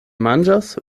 manĝas